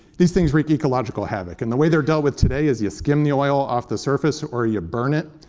these things wreak ecological havoc. and the way they're dealt with today is you skim the oil off the surface, or you burn it,